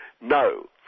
no